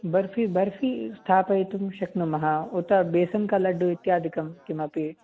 बर्फ़ि बर्फ़ि स्थापयितुं शक्नुमः उत बेसन् का लड्डु इत्यादिकं किमपि